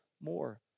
more